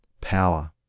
Power